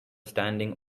standing